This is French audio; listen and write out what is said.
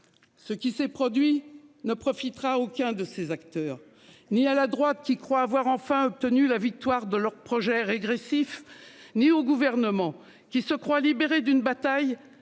Ce qui s'est produit ne profitera aucun de ces acteurs ni à la droite qui croit avoir enfin obtenu la victoire de leur projet régressif ni au gouvernement, qui se croit libéré d'une bataille